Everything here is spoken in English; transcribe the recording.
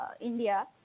India